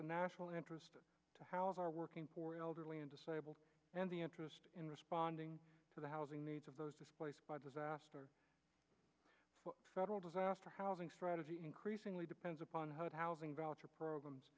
the national interest to house our working poor elderly and disabled and the interest in responding to the housing needs of those displaced by disaster federal disaster housing strategy increasingly depends upon what housing voucher program